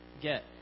get